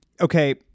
Okay